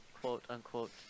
quote-unquote